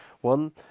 One